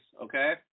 okay